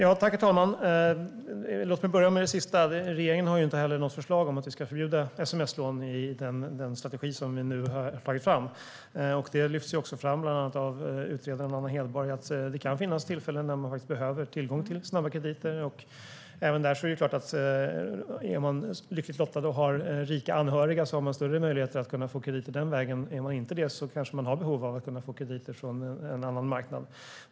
Herr talman! Låt mig börja med det sista. Regeringen har inte heller något förslag om att vi ska förbjuda sms-lån i den strategi som vi nu har tagit fram. Det lyfts också fram bland annat av utredaren Anna Hedborg att det kan finnas tillfällen när man faktiskt behöver tillgång till snabba krediter. Är man lyckligt lottad och har rika anhöriga har man större möjligheter att få krediter den vägen. Är man inte det kanske man har behov av att få krediter från en annan marknad.